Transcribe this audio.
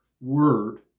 word